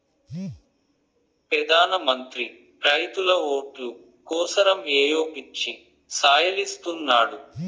పెదాన మంత్రి రైతుల ఓట్లు కోసరమ్ ఏయో పిచ్చి సాయలిస్తున్నాడు